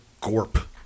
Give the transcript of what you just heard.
Gorp